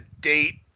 date